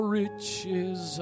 riches